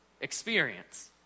Experience